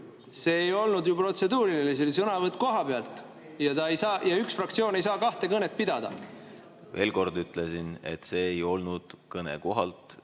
See ei olnud ju protseduuriline, see oli sõnavõtt kohapealt. Ja üks fraktsioon ei saa kahte kõnet pidada. Veel kord ütlen, et see ei olnud sõnavõtt kohalt